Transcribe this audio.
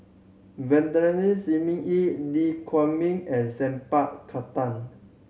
Shi Ming Yi Lee Huei Min and Saint Pa Khattar